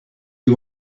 you